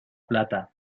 plata